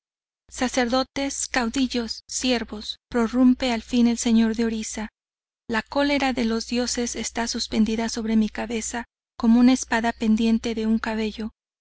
sacerdotes caudillos siervos prorrumpe al fin el señor de orisa la cólera de los dioses esta suspendida sobre mi cabeza como una espada pendiente de un cabello